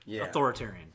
authoritarian